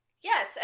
Yes